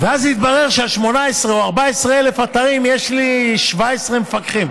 ואז התברר שעל 18,000 או 14,000 אתרים יש לי 17 מפקחים.